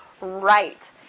right